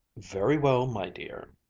very well, my dear,